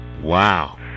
Wow